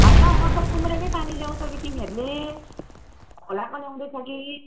होइन हौ मतलब उम्रेकै पानी ल्याउँछ कि तिमीहरूले खोलाको ल्याउँदै छ कि